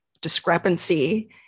discrepancy